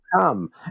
come